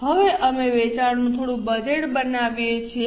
હવે અમે વેચાણનું થોડું બજેટ બનાવીએ છીએ